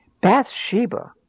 Bathsheba